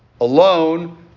alone